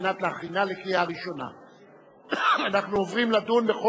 אנחנו מעבירים את זה.